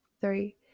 three